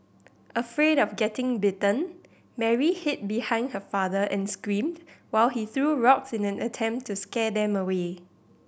afraid of getting bitten Mary hid behind her father and screamed while he threw rocks in an attempt to scare them away